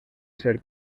ser